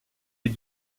est